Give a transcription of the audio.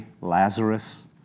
Lazarus